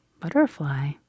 butterfly